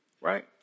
right